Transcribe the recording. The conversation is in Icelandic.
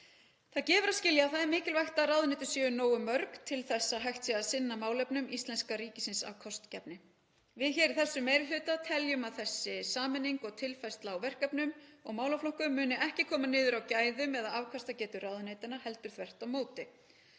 Það gefur að skilja að það er mikilvægt að ráðuneytin séu nógu mörg til að hægt sé að sinna málefnum íslenska ríkisins af kostgæfni. Við í þessum meiri hluta teljum að þessi sameining og tilfærsla á verkefnum og málaflokkum muni ekki koma niður á gæðum eða afkastagetu ráðuneytanna heldur þvert á móti